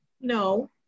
no